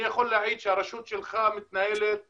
אני יכול להעיד שהרשות שלך מתנהלת מצוין,